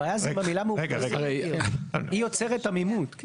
הבעיה היא עם המילה, היא יוצרת עמימות.